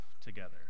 together